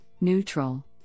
neutral